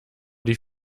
die